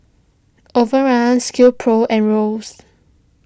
Overrun Skill Pro and Royce